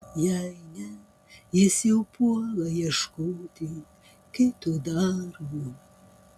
jei ne jis jau puola ieškoti kito darbo